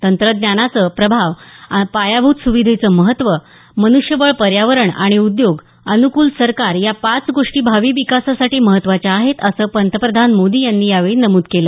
तंत्रज्ञानाच प्रभाव पायाभूत सुविधेचं महत्त्व मनुष्यबळ पर्यावरण आणि उदयोग अनुकूल सरकार या पाच गोष्टी भावी विकासासाठी महत्त्वाच्या आहेत असं पंतप्रधान मोदी यांनी यावेळी नमुद केलं